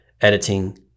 editing